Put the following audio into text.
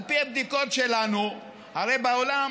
על פי הבדיקות שלנו בעולם,